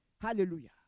Hallelujah